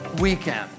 weekend